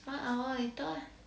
one hour later ah